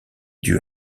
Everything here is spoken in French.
due